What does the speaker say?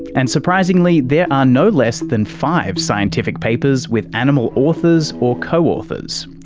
and surprisingly, there are no less than five scientific papers with animal authors or co-authors.